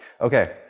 Okay